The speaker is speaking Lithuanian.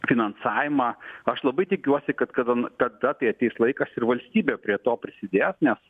finansavimą aš labai tikiuosi kad kadan tada kai ateis laikas ir valstybė prie to prisidės nes